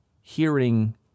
hearing